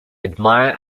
admire